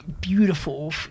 beautiful